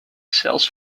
sells